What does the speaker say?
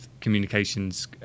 communications